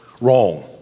wrong